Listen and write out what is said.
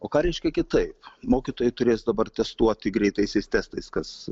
o ką reiškia kitaip mokytojai turės dabar testuoti greitaisiais testais kas